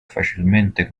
facilmente